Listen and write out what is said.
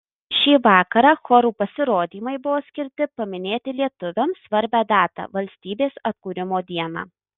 šį vakarą chorų pasirodymai buvo skirti paminėti lietuviams svarbią datą valstybės atkūrimo dieną